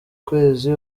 kwezi